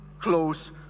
close